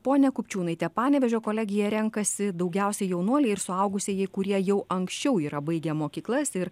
ponia kupčiūnaite panevėžio kolegiją renkasi daugiausiai jaunuoliai ir suaugusieji kurie jau anksčiau yra baigę mokyklas ir